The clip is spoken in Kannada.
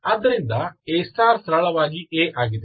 ಆದ್ದರಿಂದ A ಸರಳವಾಗಿ A ಆಗಿದೆ